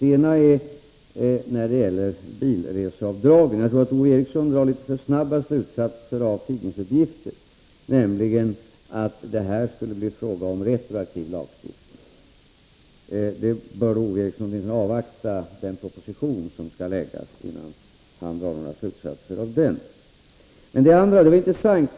Den ena gäller bilreseavdragen. Jag tror att Ove Eriksson drar litet för snabba slutsatser av tidningsuppgifter, nämligen att det här skulle bli fråga om retroaktiv lagstiftning. Ove Eriksson bör avvakta den proposition som skall framläggas innan han drar några slutsatser om det.